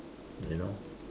you know